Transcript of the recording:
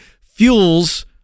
fuels